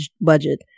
budget